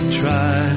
try